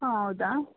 ಹಾಂ ಹೌದಾ